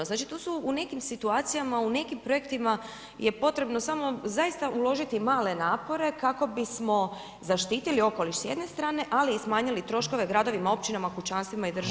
Znači tu su u nekim situacijama, u nekim projektima je potrebno samo zaista uložiti male napore kako bismo zaštitili okoliš s jedne strane, ali i smanjili troškove gradovima, općinama, kućanstvima s druge strane.